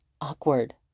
awkward